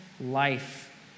life